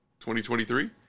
2023